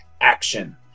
action